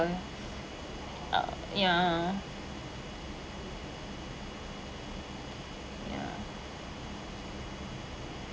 the uh ya ya